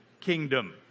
Kingdom